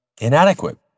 inadequate